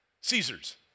Caesar's